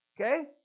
Okay